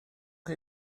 chi